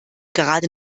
gerade